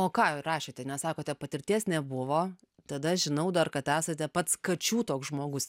o ką rašėte nes sakote patirties nebuvo tada žinau dar kad esate pats kačių toks žmogus